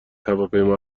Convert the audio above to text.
هواپیما